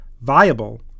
viable